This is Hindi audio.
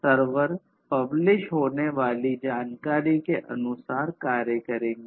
सर्वर पब्लिश होने वाली जानकारी के अनुसार कार्य करेंगे